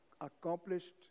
accomplished